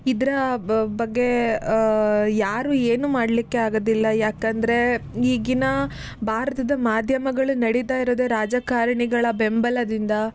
ಇದರ ಬಗ್ಗೆ ಯಾರೂ ಏನೂ ಮಾಡಲಿಕ್ಕೆ ಆಗೋದಿಲ್ಲ ಯಾಕಂದರೆ ಈಗಿನ ಭಾರತದ ಮಾಧ್ಯಮಗಳು ನಡಿತಾ ಇರೋದೇ ರಾಜಕಾರಣಿಗಳ ಬೆಂಬಲದಿಂದ